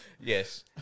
Yes